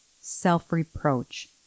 self-reproach